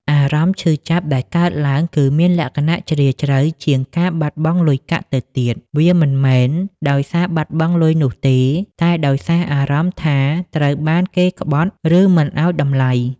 អារម្មណ៍ឈឺចាប់ដែលកើតឡើងគឺមានលក្ខណៈជ្រាលជ្រៅជាងការបាត់បង់លុយកាក់ទៅទៀត វាមិនមែនដោយសារបាត់បង់លុយនោះទេ តែដោយសារអារម្មណ៍ថាត្រូវបានគេក្បត់ ឬមិនឲ្យតម្លៃ។